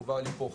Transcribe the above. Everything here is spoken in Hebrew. הובהר לי פה,